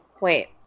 Wait